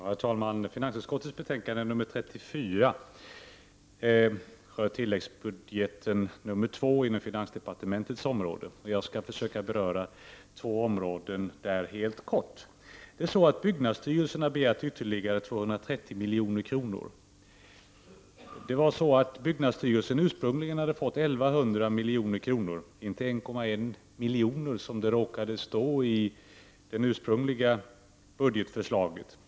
Herr talman! Finansutskottets betänkande 34 gäller tilläggsbudget Il inom finansdepartementets område. Jag skall försöka att helt kort beröra två områden där. Byggnadsstyrelsen har begärt ytterligare 230 milj.kr., efter att tidigare ha fått I 100 miljoner — inte 1,1 miljon som det råkade stå i det ursprungliga budgetförslaget.